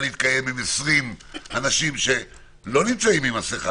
להתקיים עם 20 אנשים שלא נמצאים עם מסכה,